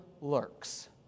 lurks